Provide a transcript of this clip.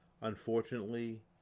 Unfortunately